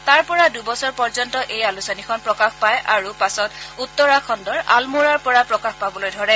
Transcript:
তাৰ পৰা দুবছৰ পৰ্যন্ত এই আলোচনীখন প্ৰকাশ পাই আৰু পাছত উত্তৰাখণ্ডৰ আলমোড়াৰ পৰা প্ৰকাশ পাবলৈ ধৰে